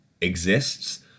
exists